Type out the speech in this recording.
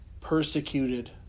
persecuted